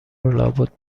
لابد